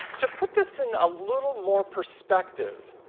to put this in a little more perspective,